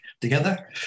together